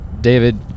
David